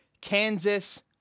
Kansas